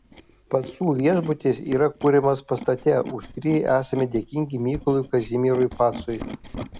pacų viešbutis yra kuriamas pastate už kurį esame dėkingi mykolui kazimierui pacui